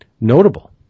notable